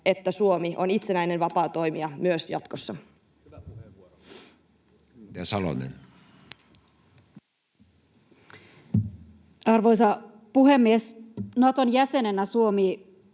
että Suomi on itsenäinen, vapaa toimija myös jatkossa. Edustaja Salonen. Arvoisa puhemies! Naton jäsenenä Suomen